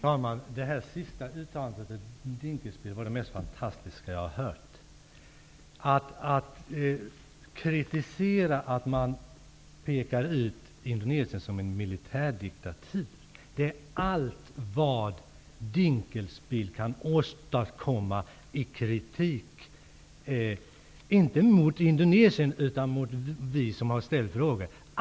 Fru talman! Detta sista uttalande av Ulf Dinkelspiel var det mest fantastiska jag hört! Att kritisera att man pekar ut Indonesien som en militärdiktatur är allt vad Dinkelspiel kan åstadkomma i kritik -- inte mot Indonesien, utan mot oss som har ställt frågor!